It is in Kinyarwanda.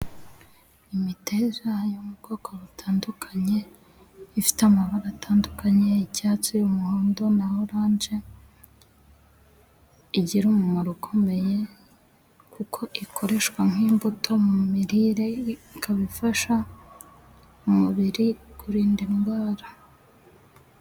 Imiteja yo mu bwoko butandukanye, ifite amabara atandukanye y'icyatsi, umuhondo na oranje, igira umumaro ukomeye kuko ikoreshwa nk'imbuto mu mirire, ikaba ifasha umubiri kurinda indwara.